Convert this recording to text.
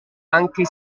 anche